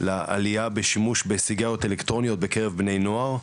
לעלייה בשימוש בסיגריות אלקטרוניות בקרב בני נוער,